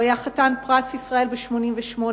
הוא היה חתן פרס ישראל ב-1988,